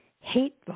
hate